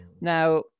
Now